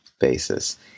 basis